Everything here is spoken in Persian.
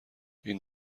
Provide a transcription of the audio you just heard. این